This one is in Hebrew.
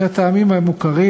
מהטעמים המוכרים,